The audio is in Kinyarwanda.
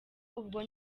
ubwo